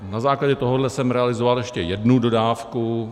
Na základě tohoto jsem realizoval ještě jednu dodávku.